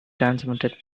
transmitted